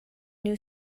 new